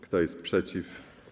Kto jest przeciw?